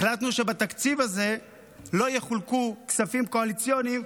החלטנו שבתקציב הזה לא יחולקו כספים קואליציוניים,